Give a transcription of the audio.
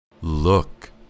Look